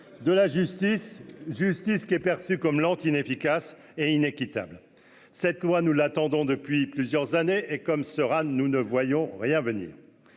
de la justice, justice qui est. C'est comme lente inefficace et inéquitable cette loi, nous l'attendons depuis plusieurs années et comme soeur Anne, nous ne voyons rien venir